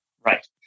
Right